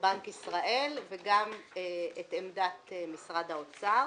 בנק ישראל, וגם את עמדת משרד האוצר